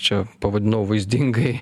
čia pavadinau vaizdingai